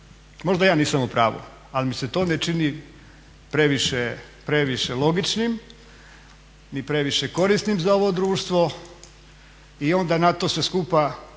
Možda ja nisam u pravu, ali mi se to ne čini previše logičnim ni previše korisnim za ovo društvo i onda na to sve skupa